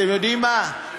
אתם יודעים מה,